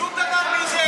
שום דבר מזה לא במתווה.